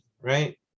right